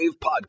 podcast